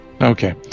Okay